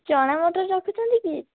ଚଣା ମଟର ରଖୁଛନ୍ତି କି